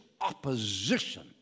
opposition